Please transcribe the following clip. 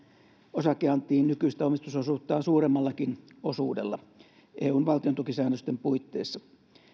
osakeantiin nykyistä omistusosuuttaan suuremmallakin osuudella eun valtiontukisäännösten puitteissa